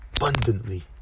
abundantly